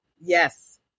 Yes